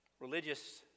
religious